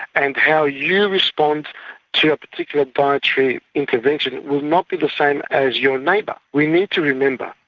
and how you respond to a particular dietary intervention will not be the same as your neighbour. we need to remember,